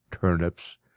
turnips